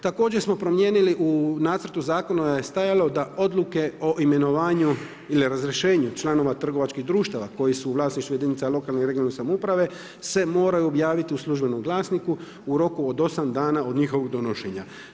Također smo promijenili u nacrtu zakona je stajalo da odluke o imenovanju ili razrješenju članova trgovačkih društava koji su u vlasništvu jedinica lokalne i regionalne samouprave se moraju objaviti u službenom glasniku u roku od 8 dana od njihovog donošenja.